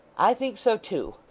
i think so too.